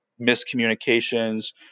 miscommunications